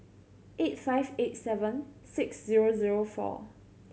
eight five eight seven six zero zero four